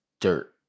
dirt